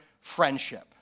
friendship